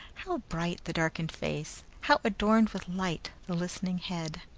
how bright the darkened face! how adorned with light the listening head!